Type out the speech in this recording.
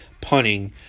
punting